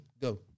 Go